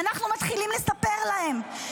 ואנחנו מתחילים לספר להן.